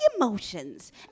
emotions